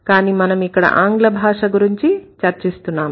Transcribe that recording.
కానీ మనం ఇక్కడ ఆంగ్ల భాష గురించి చర్చిస్తున్నాము